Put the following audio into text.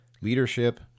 Leadership